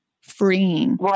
freeing